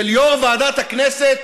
של יו"ר ועדת הכנסת